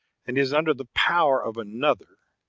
and is under the power of another,